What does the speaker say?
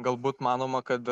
galbūt manoma kad